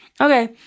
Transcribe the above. Okay